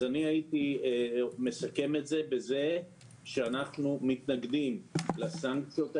אני הייתי מסכם את זה בזה שאנחנו מתנגדים לסנקציות האלה,